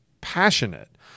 passionate